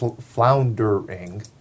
floundering